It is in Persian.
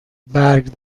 برگ